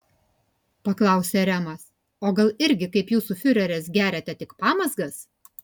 paklausė remas o gal irgi kaip jūsų fiureris geriate tik pamazgas